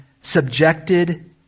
subjected